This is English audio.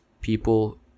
People